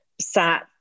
sat